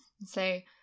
say